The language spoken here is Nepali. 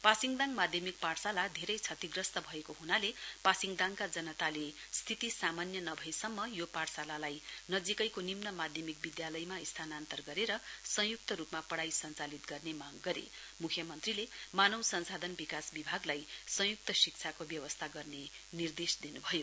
पासिङदाङमा माध्यमिक पाठशाला धेरै क्षतिग्रस्त भएको हुनाले पासिङदाङका जनताले स्थिति सामान्य नभएसम्म यो पाठशालालाई नजीकैको निम्न माध्यमिक विद्यालयमा स्थानान्तार गरेर संयुक्त रुपमा पढ़ाई संचालित गर्ने मांग गरे मुख्यमन्त्रीले मानव संसाधन विकास विभागलाई संयुक्त शिक्षाको व्यवस्था गर्ने निर्देश दिनुभयो